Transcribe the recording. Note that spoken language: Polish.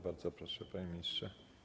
Bardzo proszę, panie ministrze.